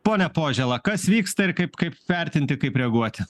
pone požela kas vyksta ir kaip kaip vertinti kaip reaguoti